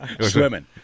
Swimming